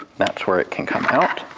that's where it can come out,